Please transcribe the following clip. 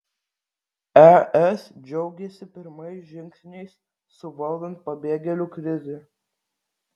es džiaugiasi pirmais žingsniais suvaldant pabėgėlių krizę